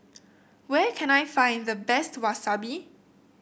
where can I find the best Wasabi